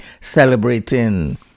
celebrating